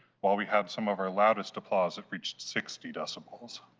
while we had some of our loudest applause, it reached sixty decibels.